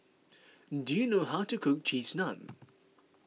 do you know how to cook Cheese Naan